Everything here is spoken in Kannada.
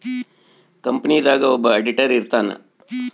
ಕಂಪನಿ ದಾಗ ಒಬ್ಬ ಆಡಿಟರ್ ಇರ್ತಾನ